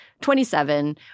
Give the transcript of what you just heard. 27